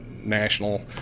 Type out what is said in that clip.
national